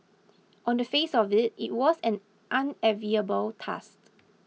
on the face of it it was an unenviable task